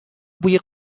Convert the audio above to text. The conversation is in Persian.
بوی